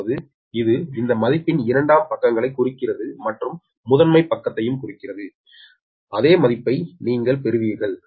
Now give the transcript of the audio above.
அதாவது இது இந்த மதிப்பின் இரண்டாம் பக்கங்களைக் குறிக்கிறது மற்றும் முதன்மை பக்கத்தையும் குறிக்கிறது அதே மதிப்பை நீங்கள் பெறுவீர்கள்